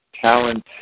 talent